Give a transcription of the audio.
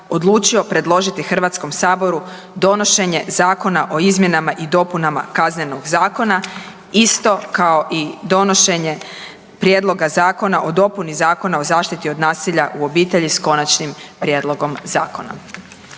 odlučio predložiti HS-u donošenje Zakona o izmjenama i dopunama Kaznenog zakona, isto kao i donošenje Prijedloga zakona o dopuni Zakona o zaštiti od nasilja u obitelji s konačnim prijedlogom zakona.